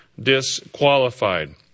disqualified